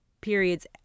periods